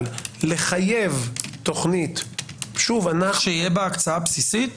אבל לחייב תוכנית- -- שיהיה בה הקצאה בסיסית?